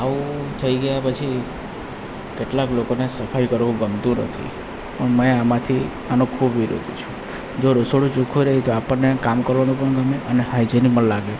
આવું થઈ ગયાં પછી કેટલાંક લોકોને સફાઇ કરવી ગમતું નથી પણ મેં આમાંથી આનો ખૂબ વિરોધી છું જો રસોડું ચોક્ખું રહે તો આપણને કામ કરવાનું પણ ગમે અને હાઇજેનિક પણ લાગે